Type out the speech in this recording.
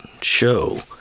show